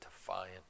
defiant